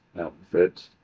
outfit